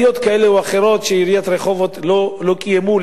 כאלה או אחרות שעיריית רחובות לא קיימה,